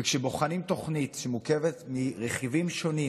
וכשבוחנים תוכנית שמורכבת מרכיבים שונים